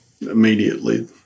Immediately